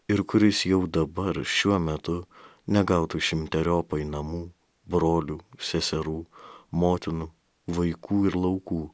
ir kuris jau dabar šiuo metu negautų šimteriopai namų brolių seserų motinų vaikų ir laukų